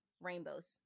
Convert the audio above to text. rainbows